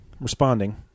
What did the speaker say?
responding